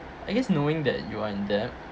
I guess knowing that you are in debt